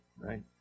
right